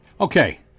Okay